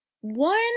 one